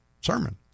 sermon